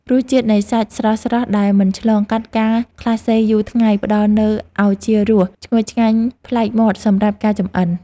រសជាតិនៃសាច់ស្រស់ៗដែលមិនឆ្លងកាត់ការក្លាសេយូរថ្ងៃផ្ដល់នូវឱជារសឈ្ងុយឆ្ងាញ់ប្លែកមាត់សម្រាប់ការចម្អិន។